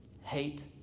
hate